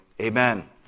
Amen